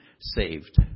saved